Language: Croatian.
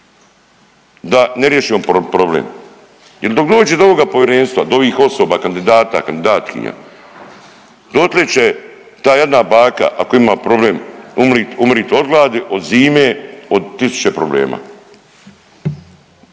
Da ne riješimo problem ili dok dođe do ovoga Povjerenstva, do ovih osoba, kandidata, kandidatkinja, dotle će ta jedna baka, ako ima problem umrit od gladi, od zime, od tisuće problema.